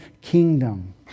kingdom